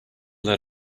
let